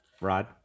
Rod